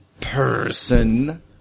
Person